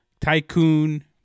tycoon